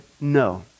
no